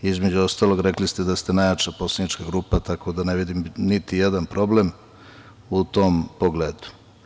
Između ostalog, rekli ste da ste najjača poslanička grupa toko da ne vidim niti jedan problem u tom pogledu.